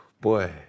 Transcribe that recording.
boy